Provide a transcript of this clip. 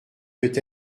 peut